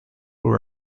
will